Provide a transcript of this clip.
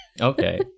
Okay